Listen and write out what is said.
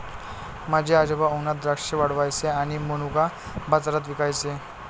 माझे आजोबा उन्हात द्राक्षे वाळवायचे आणि मनुका बाजारात विकायचे